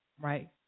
right